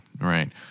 right